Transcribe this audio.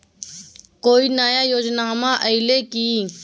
कोइ नया योजनामा आइले की?